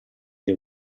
dei